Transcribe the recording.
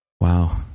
Wow